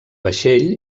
vaixell